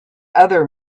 other